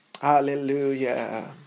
Hallelujah